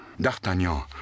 d'artagnan